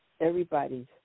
Everybody's